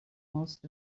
most